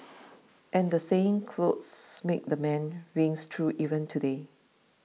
and the saying clothes make the man rings true even today